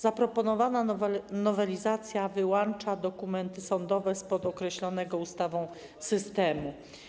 Zaproponowana nowelizacja wyłącza dokumenty sądowe spod określonego ustawą systemu.